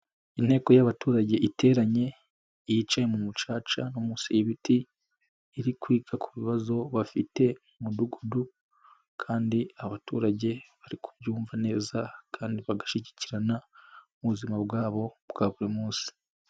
Inteko y'abaturage iteranye yicaye mu mucaca no munsi y'ibiti, iri kwita ku bibazo bafite mu mudugudu kandi abaturage bari kubyumva neza kandi bagashyigikirana mu buzima bwabo bwa buri munsi.